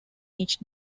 each